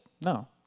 No